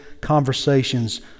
conversations